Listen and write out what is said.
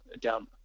down